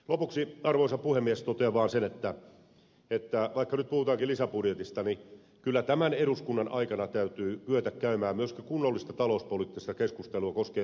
lopuksi arvoisa puhemies totean vaan sen että vaikka nyt puhutaankin lisäbudjetista niin kyllä tämän eduskunnan aikana täytyy kyetä käymään myöskin kunnollista talouspoliittista keskustelua koskien tulevaa vaalikautta